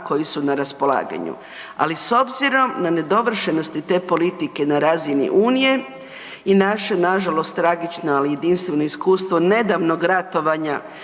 koji su na raspolaganju. Ali s obzirom na nedovršenost te politike na razini Unije i naše na žalost tragično ali jedinstveno iskustvo nedavnog ratovanja